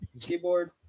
keyboard